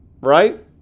right